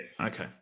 okay